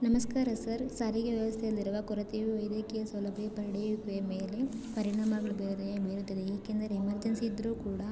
ನಮಸ್ಕಾರ ಸರ್ ಸಾರಿಗೆ ವ್ಯವಸ್ಥೆಯಲ್ಲಿರುವ ಕೊರತೆಯು ವೈದ್ಯಕೀಯ ಸೌಲಭ್ಯ ಪಡೆಯುವಿಕೆ ಮೇಲೆ ಪರಿಣಾಮಗಳು ಬೇರೆ ಬೀರುತ್ತದೆ ಏಕೆಂದರೆ ಎಮರ್ಜೆನ್ಸಿ ಇದ್ದರೂ ಕೂಡ